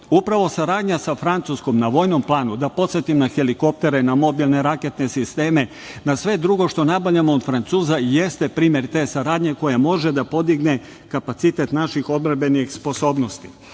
Upravo saradnja sa Francuskom na vojnom planu, da podsetim na helikoptere, na mobilne raketne sisteme, na sve drugo što nabavljamo od Francuza jeste primer te saradnje koja može da podigne kapacitet naših odbrambenih sposobnosti. Dakle,